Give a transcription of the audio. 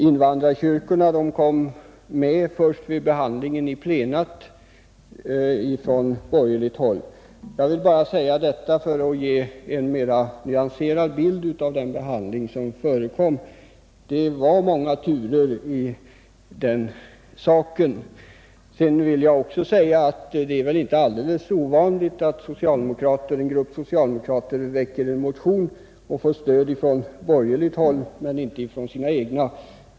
Invandrarkyrkorna aktualiserades först vid behandlingen i plenum från borgerligt håll. Jag har velat säga detta för att ge en mera nyanserad bild av den behandling som förekom. Det var många turer i denna fråga. Det är väl heller inte alldeles ovanligt att en grupp socialdemokrater väcker en motion och får stöd från borgerligt håll men inte från sina egna.